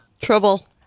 Trouble